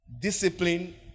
discipline